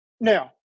Now